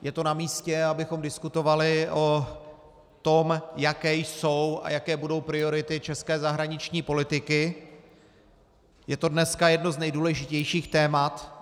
Je to namístě, abychom diskutovali o tom, jaké jsou a jaké budou priority české zahraniční politiky, je to dneska jedno z nejdůležitějších témat.